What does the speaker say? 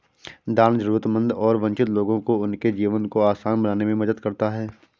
दान जरूरतमंद और वंचित लोगों को उनके जीवन को आसान बनाने में मदद करता हैं